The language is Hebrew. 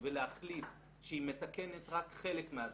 ולהחליט שהיא מתקנת רק חלק מהדברים.